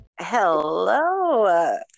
Hello